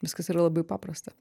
viskas yra labai paprasta